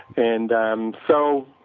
and and so,